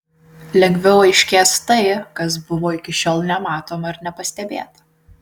lengviau aiškės tai kas buvo iki šiol nematoma ar nepastebėta